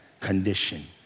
condition